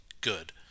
good